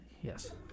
yes